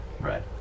Right